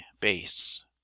base